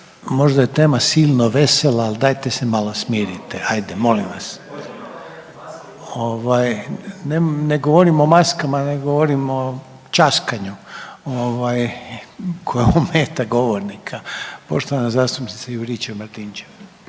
možda je tema silno vesela ali dajte se malo smirite. Hajde molim vas! Ne govorim o maskama, nego govorim o časkanju koje ometa govornika. Poštovana zastupnica Juričev-Martinčev.